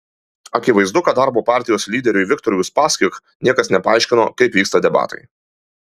akivaizdu kad darbo partijos lyderiui viktorui uspaskich niekas nepaaiškino kaip vyksta debatai